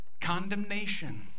condemnation